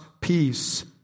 peace